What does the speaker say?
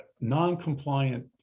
non-compliant